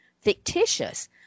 fictitious